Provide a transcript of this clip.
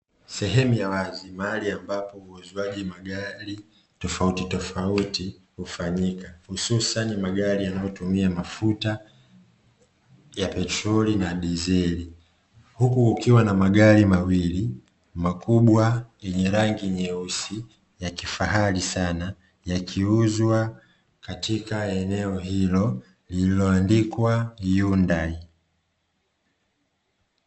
Sehemu ya wazi mahali ambapo uuzwaji magari tofauti tofauti hufanyika, hususani magari yanayotumia mafuta ya petroli na dizeli, huku kukiwa na magari mawili makubwa yenye rangi nyeusi ya kifahari sana yakiuzwa katika eneo hilo lililoandikwa yundai.